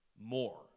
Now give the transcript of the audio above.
more